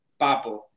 papo